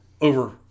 over